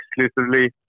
exclusively